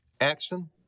Action